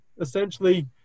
essentially